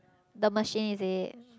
the machine is it